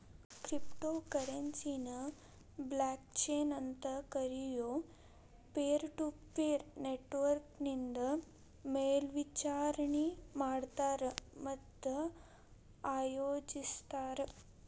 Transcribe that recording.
crypto ಕರೆನ್ಸಿನ blockchain ಅಂತ್ ಕರಿಯೊ ಪೇರ್ಟುಪೇರ್ ನೆಟ್ವರ್ಕ್ನಿಂದ ಮೇಲ್ವಿಚಾರಣಿ ಮಾಡ್ತಾರ ಮತ್ತ ಆಯೋಜಿಸ್ತಾರ